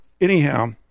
anyhow